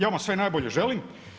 Ja vam sve najbolje želim.